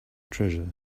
treasure